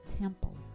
temple